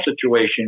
situation